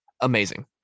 amazing